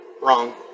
wrong